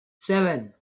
seven